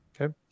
Okay